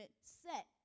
set